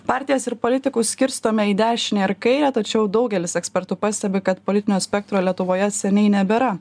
partijas ir politikus skirstome į dešinę ir kairę tačiau daugelis ekspertų pastebi kad politinio spektro lietuvoje seniai nebėra